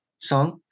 song